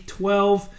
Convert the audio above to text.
twelve